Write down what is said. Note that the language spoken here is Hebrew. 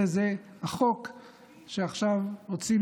המחסום הזה הוא החוק שעכשיו רוצים